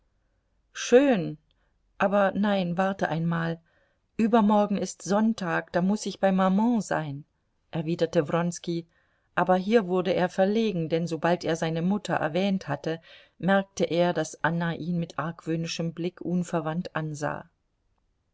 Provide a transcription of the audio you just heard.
schön aber nein warte einmal übermorgen ist sonntag da muß ich bei maman sein erwiderte wronski aber hier wurde er verlegen denn sobald er seine mutter erwähnt hatte merkte er daß anna ihn mit argwöhnischem blick unverwandt ansah